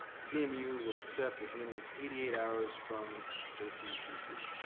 cmu will accept as many as eighty eight hours from jccc.